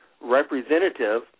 representative